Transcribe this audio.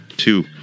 two